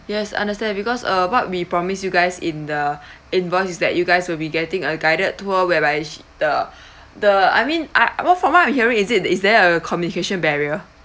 yes understand because uh what we promise you guys in the invoice is that you guys will be getting a guided tour whereby sh~ the the I mean I what from what I'm hearing is it is there a communication barrier